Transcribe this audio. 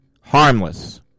harmless